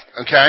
Okay